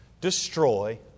destroy